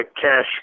cash